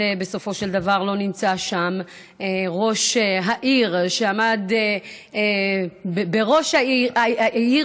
ובסופו של דבר לא נמצא שם ראש העיר שעמד בראש העיר